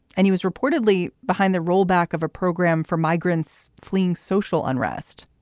and he was reportedly behind the rollback of a program for migrants fleeing social unrest.